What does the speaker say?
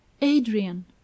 adrian